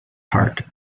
heart